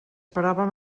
paràvem